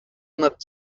not